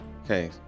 Okay